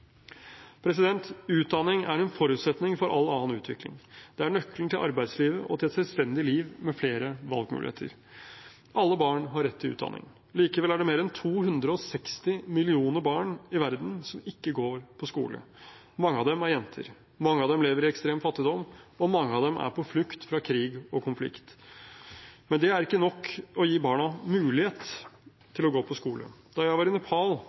Utdanning er en forutsetning for all annen utvikling. Det er nøkkelen til arbeidslivet og til et selvstendig liv med flere valgmuligheter. Alle barn har rett til utdanning. Likevel er det mer enn 260 millioner barn i verden som ikke går på skole. Mange av dem er jenter, mange av dem lever i ekstrem fattigdom og mange av dem er på flukt fra krig og konflikt. Men det er ikke nok å gi barna mulighet til å gå på skole. Da jeg var i Nepal